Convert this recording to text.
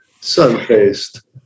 sun-faced